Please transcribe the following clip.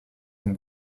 zum